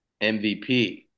MVP –